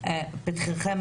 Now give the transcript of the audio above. לפתחכם